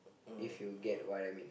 if you get what I mean